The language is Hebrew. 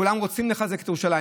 כולם רוצים לחזק את ירושלים.